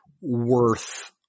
worth